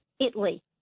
Italy